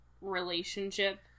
relationship